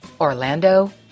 Orlando